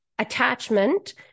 attachment